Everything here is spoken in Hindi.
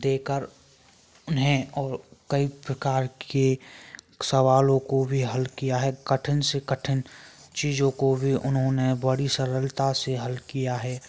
देकर उन्हें और कई प्रकार के सवालों को भी हल किया है कठिन से कठिन चीज़ों को भी उन्होंने बड़ी सरलता से हल किया है